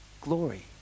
glory